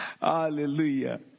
Hallelujah